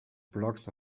blocks